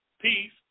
peace